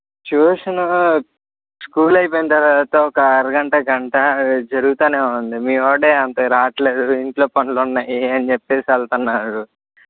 tuition school అయిపోయిన తర్వాత ఒక అరగంట గంట జరుగుతు ఉంది మీ వాడు అంత రావట్లేదు ఇంట్లో పనులు ఉన్నాయి అని చెప్పి వెళ్తున్నాడు